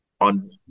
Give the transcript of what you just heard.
on